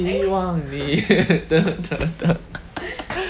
希望你